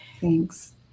thanks